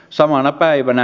samana päivänä